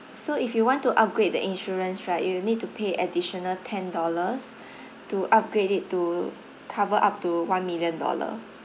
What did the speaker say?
so if you want to upgrade the insurance right you need to pay additional ten dollars to upgrade it to cover up to one million dollar